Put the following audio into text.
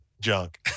junk